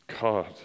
God